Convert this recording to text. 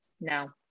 no